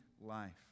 life